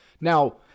Now